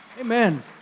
Amen